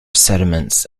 sediments